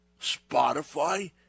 Spotify